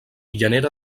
llanera